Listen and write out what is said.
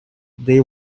they